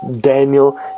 Daniel